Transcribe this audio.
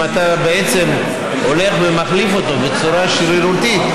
אם אתה הולך ומחליף אותו בצורה שרירותית,